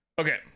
Okay